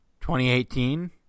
2018